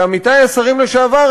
שעמיתי השרים לשעבר,